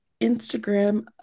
Instagram